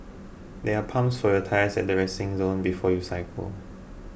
there are pumps for your tyres at the resting zone before you cycle